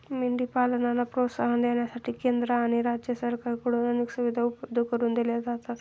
मेंढी पालनाला प्रोत्साहन देण्यासाठी केंद्र आणि राज्य सरकारकडून अनेक सुविधा उपलब्ध करून दिल्या जातात